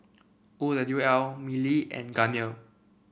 O W L Mili and Garnier